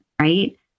right